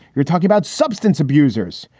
you're talking about substance abusers.